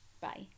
Bye